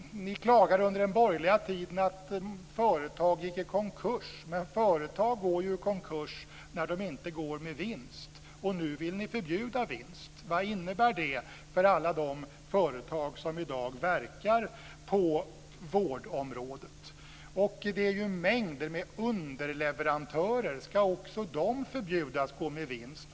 Ni klagade under den borgerliga tiden över att företag gick i konkurs. Företag går i konkurs när de inte går med vinst. Nu vill ni förbjuda vinst. Vad innebär det för alla de företag som i dag verkar på vårdområdet? Det finns ju mängder med underleverantörer - ska också de förbjudas att gå med vinst?